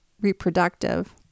reproductive